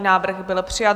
Návrh byl přijat.